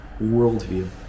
worldview